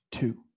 Two